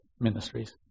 ministries